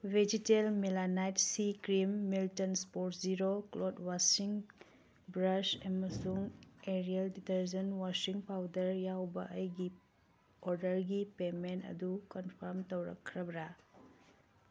vegetal ꯃꯤꯂꯅꯥꯏꯠ ꯁꯤ cream Milton ꯏꯁꯄꯣꯔ ꯖꯤꯔꯣ ꯀ꯭ꯂꯣꯠ ꯋꯥꯁꯤꯡ ꯕ꯭ꯔꯁ ꯑꯃꯁꯨꯡ ꯑꯦꯔꯤꯌꯦꯜ ꯗꯤꯇꯔꯖꯟ ꯋꯥꯁꯤꯡ ꯄꯥꯎꯗꯔ ꯌꯥꯎꯕ ꯑꯩꯒꯤ ꯑꯣꯗꯔꯒꯤ ꯄꯦꯃꯦꯟ ꯑꯗꯨ ꯀꯟꯐꯥꯝ ꯇꯧꯔꯛꯈ꯭ꯔꯕ꯭ꯔꯥ